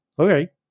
okay